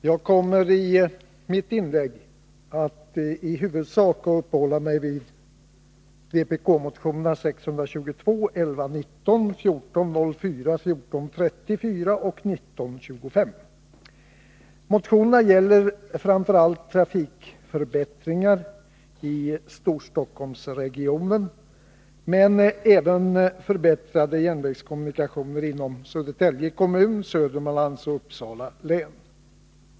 Jag kommer i mitt inlägg att i huvudsak uppehålla mig vid vpk-motionerna 622, 1119, 1404, 1434 och 1925. Motionerna gäller framför allt trafikförbättringar i Storstockholmsregionen, men även förbättrade järnvägskommunikationer inom Södertälje kommun och Södermanlands och Uppsala län.